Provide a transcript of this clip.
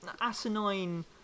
asinine